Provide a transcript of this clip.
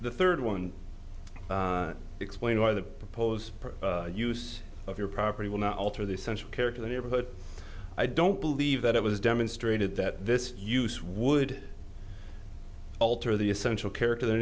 the third one explain why the proposed use of your property will not alter the essential character the neighborhood i don't believe that it was demonstrated that this use would alter the essential character